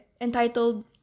entitled